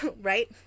Right